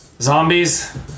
Zombies